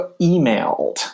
emailed